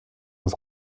was